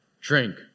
drink